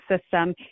system